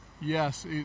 yes